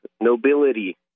nobility